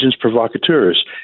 provocateurs